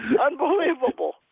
Unbelievable